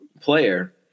player